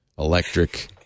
electric